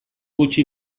gutxi